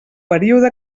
període